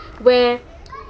where